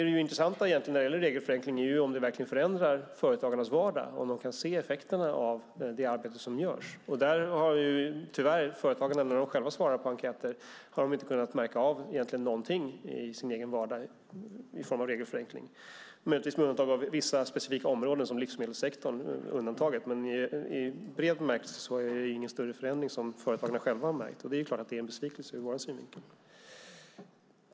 Det intressanta när det gäller regelförenkling är om den verkligen förändrar företagarnas vardag, om de kan se effekterna av det arbete som görs. Tyvärr har företagarna när de själva svarat på enkäter inte ansett sig kunna märka någonting av regelförenkling i sin egen vardag, möjligtvis med undantag för vissa specifika områden, som livsmedelssektorn. I bred bemärkelse är det ingen större förändring som företagarna själva har märkt. Det är klart att det är en besvikelse ur vår synvinkel.